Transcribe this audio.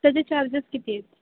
त्याचे चार्जेस किती आहेत